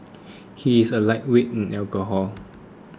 he is a lightweight in alcohol